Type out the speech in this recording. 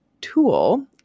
tool